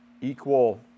equal